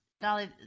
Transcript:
Dolly